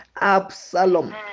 Absalom